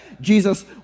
Jesus